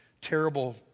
terrible